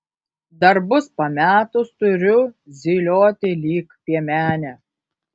darbus pametus turiu zylioti lyg piemenė